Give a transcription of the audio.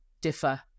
differ